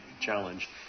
challenge